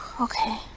Okay